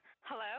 hello